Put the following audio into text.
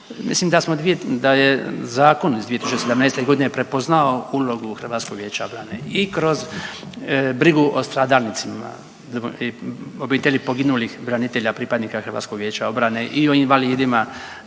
smo, da je zakon iz 2017.g. prepoznao ulogu HVO-a i kroz brigu o stradalnicima i obitelji poginulih branitelja pripadnika HVO-a i o invalidima,